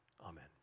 amen